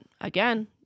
again